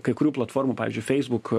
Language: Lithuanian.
kai kurių platformų pavyzdžiui feisbuk